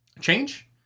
change